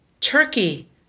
turkey